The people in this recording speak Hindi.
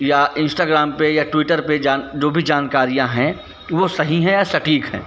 या इंश्टाग्राम पर या ट्विटर पर जान जो भी जानकारियाँ हैं वह सही हैं या सटीक हैं